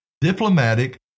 diplomatic